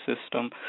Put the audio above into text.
system